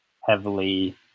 heavily